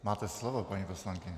Máte slovo, paní poslankyně.